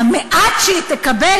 המעט שהיא תקבל,